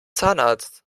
zahnarzt